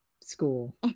school